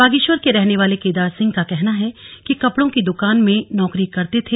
बागेश्वर के रहने वाले केदार सिंह का कहना है कि वो कपड़ों की दुकान में नौकरी करते थे